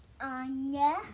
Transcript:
Anya